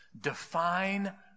define